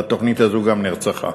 והתוכנית הזאת גם נרצחה.